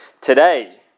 Today